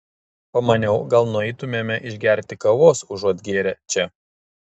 pamaniau gal nueitumėme išgerti kavos užuot gėrę čia